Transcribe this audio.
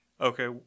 Okay